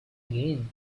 again